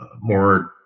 more